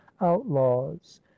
outlaws